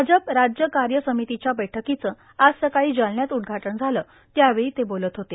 भाजप राज्य काय र्सामतीच्या बैठकांचं आज सकाळी जालन्यात उदघाटन झालं त्यावेळी ते बोलत होते